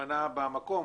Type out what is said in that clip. הטמנה במקום?